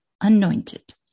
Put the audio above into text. anointed